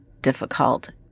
difficult